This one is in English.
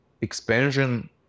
expansion